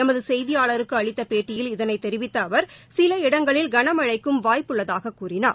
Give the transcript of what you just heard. எமது செய்தியாளருக்கு அளித்த பேட்டியில் இதனைத் தெரிவித்த அவர் சில இடங்களில் கனமழைக்கும் வாய்பபு உள்ளதாகக் கூறினார்